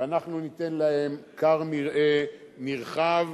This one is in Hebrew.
ואנחנו ניתן להם כר מרעה נרחב,